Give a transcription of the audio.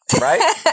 right